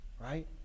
right